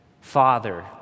father